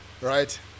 Right